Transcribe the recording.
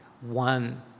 one